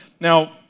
Now